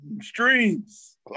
streams